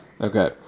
Okay